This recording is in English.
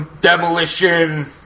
demolition